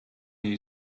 jej